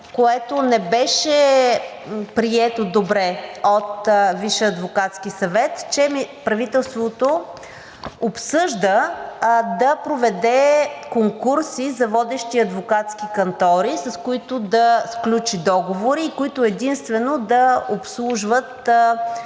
което не беше прието добре от Висшия адвокатски съвет, че правителството обсъжда да проведе конкурси за водещи адвокатски кантори, с които да сключи договори и които единствено да обслужват